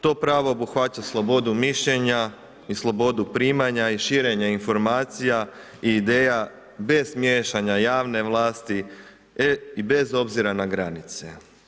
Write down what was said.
To pravo obuhvaća slobodu mišljenja i slobodu primanja i širenja informacija i ideja bez miješanja javne vlasti i bez obzira na granice.